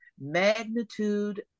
magnitude